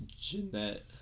Jeanette